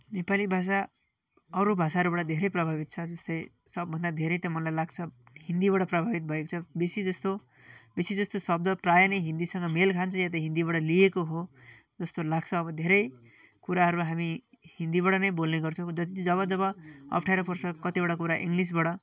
नेपाली भाषा अरू भाषाहरूबाट धेरै प्रभावित छ जस्तै सबभन्दा धेरै त मलाई लाग्छ हिन्दीबाट प्रभावित भएको छ बेसी जस्तो बेसी जस्तो शब्द प्रायः नै हिन्दीसँग मेल खान्छ या त हिन्दीबाट लिइएको हो जस्तो लाग्छ अब धेरै कुराहरू हामी हिन्दीबाट नै बोल्ने गर्छौँ जब जब अप्ठ्यारो पर्छ कतिवटा कुरा इङ्ग्लिसबाट